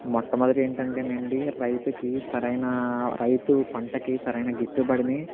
మొట్టమొదట ఏంటేంటేనండీ రైతుకి సరైన రైతు పంటకి సరైన గిట్టుబడిని